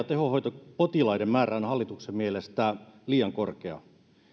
tehohoitopotilaiden määrä on hallituksen mielestä liian korkea